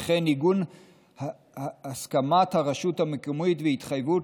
וכן עיגון הסכמת הרשות המקומית והתחייבות